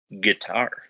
Guitar